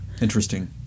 Interesting